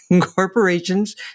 Corporations